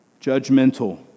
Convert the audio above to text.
judgmental